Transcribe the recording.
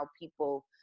people